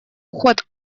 уход